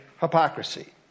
hypocrisy